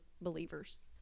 believers